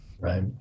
right